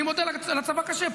אני מודה, לצבא קשה.